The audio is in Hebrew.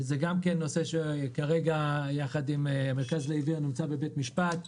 גם זה נושא שביחד עם המרכז לעיוור נמצא בדיון בבית משפט.